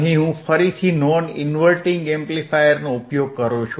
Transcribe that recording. અહીં હું ફરીથી નોન ઇન્વર્ટીંગ એમ્પ્લીફાયરનો ઉપયોગ કરું છું